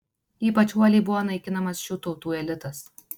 ypač uoliai buvo naikinamas šių tautų elitas